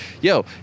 yo